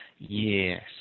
Yes